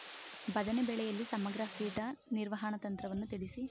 ಬದನೆ ಬೆಳೆಯಲ್ಲಿ ಸಮಗ್ರ ಕೀಟ ನಿರ್ವಹಣಾ ತಂತ್ರವನ್ನು ತಿಳಿಸಿ?